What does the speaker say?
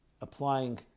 applying